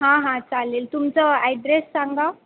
हां हां चालेल तुमचं ॲड्रेस सांगा